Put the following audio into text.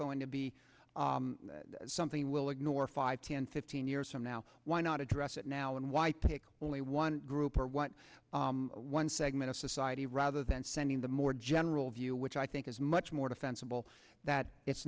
going to be something we'll ignore five ten fifteen years from now why not address it now and why take only one group or what one segment of society rather than sending the more general view which i think is much more defensible that it's